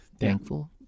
Thankful